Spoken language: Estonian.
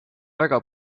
väga